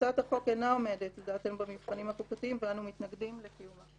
הצעת החוק אינה עומדת לדעתנו במבחנים החוקתיים ואני מתנגדים לקיומה."